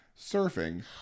surfing